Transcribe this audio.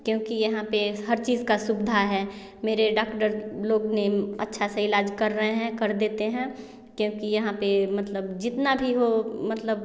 क्योंकि यहाँ पे हर चीज़ का सुविधा है मेरे डाकडर लोग ने अच्छा से इलाज कर रहे हैं कर देते हैं क्योंकि यहाँ पे जितना भी हो मतलब